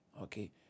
okay